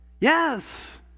Yes